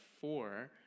four